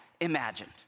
imagined